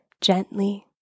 gently